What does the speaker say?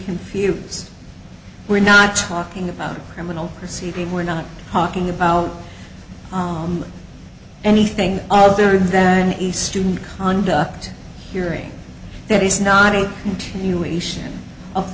confused we're not talking about a criminal proceeding we're not talking about anything other than a student conduct hearing that is not a continuation of